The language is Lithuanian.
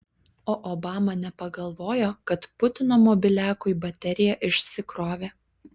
o obama nepagalvojo kad putino mobiliakui baterija išsikrovė